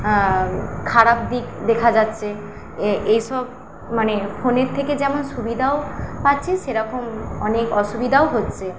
খারাপ দিক দেখা যাচ্ছে এ এসব মানে ফোনের থেকে যেমন সুবিধাও পাচ্ছি সেরকম অনেক অসুবিধাও হচ্ছে